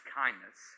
kindness